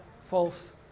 false